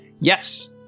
yes